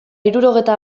hirurogeita